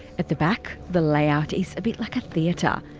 at the back, the layout is a bit like a theatre.